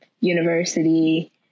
University